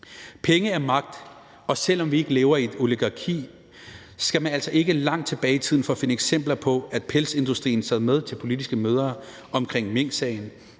Penge er magt, og selv om vi ikke lever i et oligarki, skal man altså ikke langt tilbage i tiden for at finde eksempler på, at pelsindustrien sad med til politiske møder omkring minksagen,